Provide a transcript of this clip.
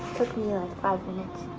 took me like five minutes.